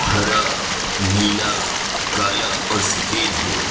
ہرا نیلا کالا اور سفید ہے